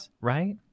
Right